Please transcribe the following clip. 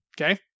Okay